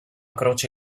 croce